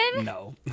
No